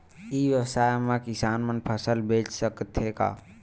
ई व्यवसाय म किसान मन फसल बेच सकथे का?